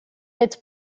its